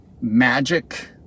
magic